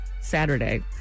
Saturday